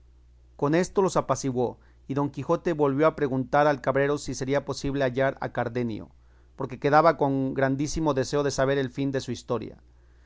con esto los apaciguó y don quijote volvió a preguntar al cabrero si sería posible hallar a cardenio porque quedaba con grandísimo deseo de saber el fin de su historia